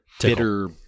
bitter